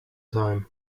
time